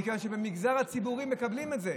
בגלל שבמגזר הציבורי מקבלים את זה.